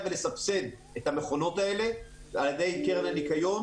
ולסבסד את המכונות האלה על ידי קרן הניקיון,